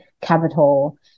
capital